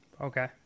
Okay